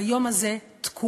ביום הזה תקועה,